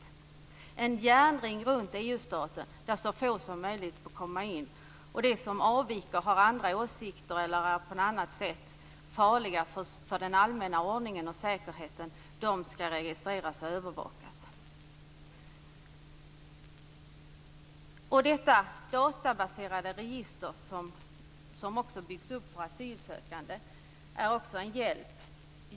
Det blir en järnring runt EU staten där så få som möjligt får komma in. De som avviker, de som har andra åsikter eller på annat sätt är farliga för den allmänna ordningen och säkerheten, skall registreras och övervakas. Det databaserade register som byggs upp för asylsökande är också en hjälp.